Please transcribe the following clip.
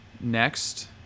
Next